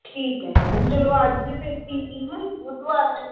ਠੀਕ ਹੈ ਮੈਡਮ ਚਲੋ ਅੱਜ ਫਿਰ ਕੀ ਦਿਨ ਆ ਬੁੱਧਵਾਰ